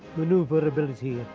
maneuverability,